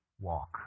walk